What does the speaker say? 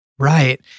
Right